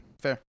Fair